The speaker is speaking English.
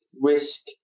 risk